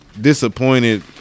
disappointed